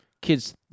Kids